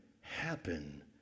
happen